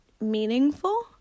meaningful